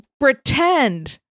pretend